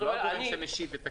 הוא לא הגורם שמשיב את הכסף.